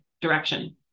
direction